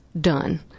done